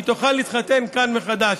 והיא תוכל להתחתן כאן מחדש.